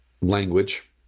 language